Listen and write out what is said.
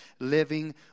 living